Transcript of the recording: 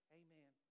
amen